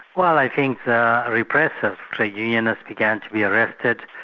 well i think repressive trade unionists began to be arrested.